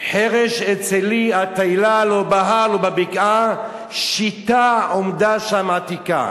חרש אצא לי אטיילה,/ לא בהר לא בבקעה,/ שיטה עומדה שם עתיקה".